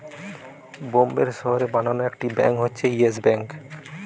বোম্বের শহরে বানানো একটি ব্যাঙ্ক হচ্ছে ইয়েস ব্যাঙ্ক